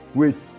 wait